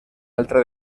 altra